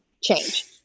change